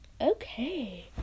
Okay